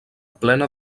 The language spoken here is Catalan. plena